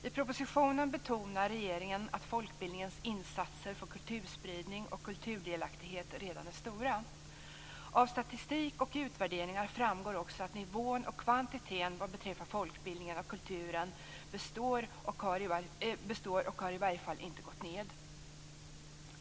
I propositionen betonar regeringen att folkbildningens insatser för kulturspridning och kulturdelaktighet redan är stora. Av statistik och utvärderingar framgår också att nivån och kvantiteten vad beträffar folkbildningen och kulturen består och har i varje fall inte gått ned.